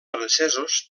francesos